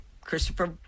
Christopher